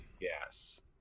yes